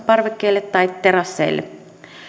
parvekkeelle tai terasseille